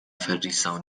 فَریسیان